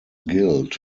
guild